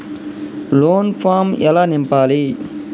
Loan form ఎలా నింపాలి?